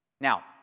Now